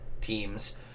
teams